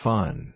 Fun